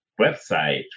website